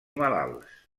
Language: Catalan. malalts